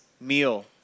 meal